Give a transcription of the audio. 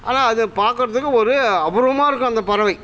ஆனால் அது பார்க்கறத்துக்கு ஒரு அபூர்வமாக இருக்கும் அந்த பறவை